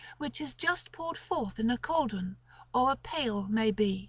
which is just poured forth in a caldron or a pail may be